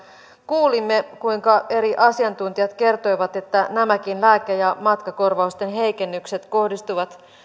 kuulimme kuinka eri asiantuntijat kertoivat että nämäkin lääke ja matkakorvausten heikennykset kohdistuvat